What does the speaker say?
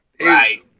Right